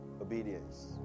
obedience